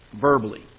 verbally